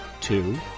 two